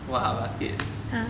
!wah! basket